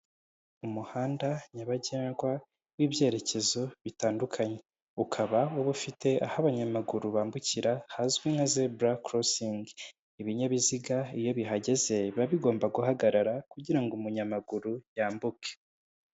Umuhanda nyabagendwa w'ibyerekezo bitandukanye, ukaba uba ufite aho abanyamaguru bambukira hazwi nka zebura kurosingi, ibinyabiziga iyo bigeze biba bigomba guhagarara kugira ngo umunyamaguru yambuke.